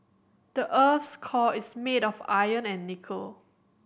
the earth's core is made of iron and nickel